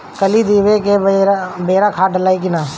कली देवे के बेरा खाद डालाई कि न?